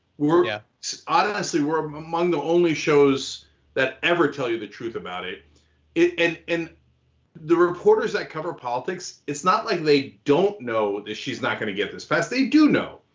yeah so honestly, we're um among the only shows that ever tell you the truth about it it and and the reporters that cover politics, it's not like they don't know that she's not gonna get this passed. they do know.